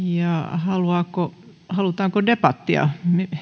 halutaanko halutaanko debattia